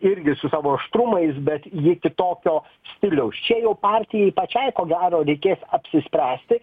irgi su savo aštrumais bet ji kitokio stiliaus čia jau partijai pačiai ko gero reikės apsispręsti